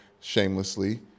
shamelessly